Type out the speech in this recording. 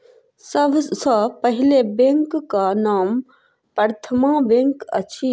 सभ सॅ पहिल बैंकक नाम प्रथमा बैंक अछि